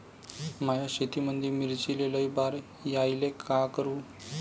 माया शेतामंदी मिर्चीले लई बार यायले का करू?